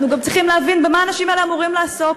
אנחנו גם צריכים להבין במה האנשים האלה אמורים לעסוק,